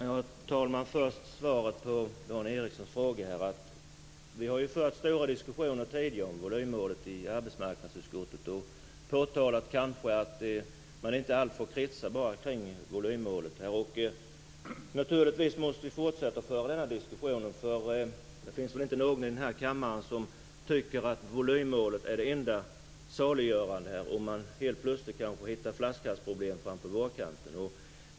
Herr talman! Först ett svar på Dan Ericssons fråga. Vi har ju fört stora diskussioner tidigare om volymmålet i arbetsmarknadsutskottet. Vi har påtalat att allt inte bara får kretsa kring volymmålet. Vi måste naturligtvis fortsätta att föra den diskussionen. Det finns väl inte någon här i kammaren som tycker att volymmålet är det enda saliggörande. Det kan ju hända att man plötsligt hittar flaskhalsproblem fram på vårkanten.